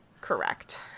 Correct